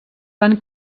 van